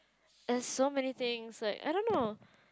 there is so many things like I don't know